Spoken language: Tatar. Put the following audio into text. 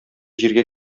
җиргә